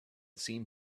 seemed